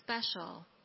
special